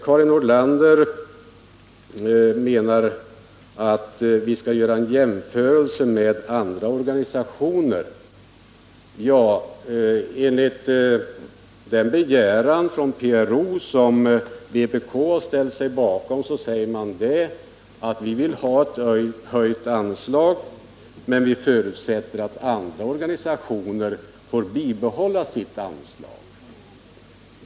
Karin Nordlander menar att vi skall göra en jämförelse med andra organisationer. Ja, enligt den begäran från PRO som vpk ställt sig bakom säger man att man vill ha höjt anslag, men man förutsätter att andra organisationer får behålla sitt anslag.